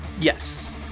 Yes